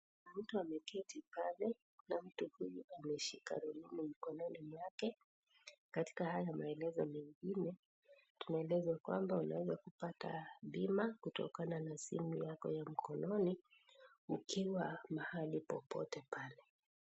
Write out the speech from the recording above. Kuna mtu ameketi pale na mtu huyu ameshika rununu mkononi mwake. Katika haya maelezo mengine tunaeleza kwamba unaweza kupata bima kutokana na simu yako ya mkononi ukiwa mahali popote pale.